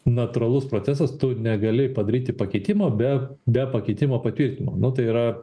natūralus procesas tu negali padaryti pakeitimo be be pakitimo patvirtinimo nu tai yra